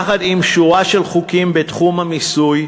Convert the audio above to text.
יחד עם שורה של חוקים בתחום המיסוי,